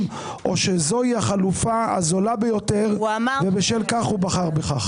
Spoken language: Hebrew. או שזוהי החלופה הזולה ביותר ובשל כך הוא בחר בכך?